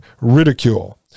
ridicule